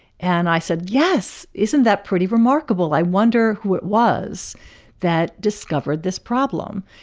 and i said, yes, isn't that pretty remarkable? i wonder who it was that discovered this problem.